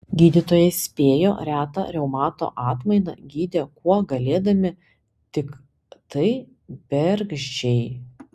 gydytojai spėjo retą reumato atmainą gydė kuo galėdami tiktai bergždžiai